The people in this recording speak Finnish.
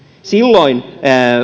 silloin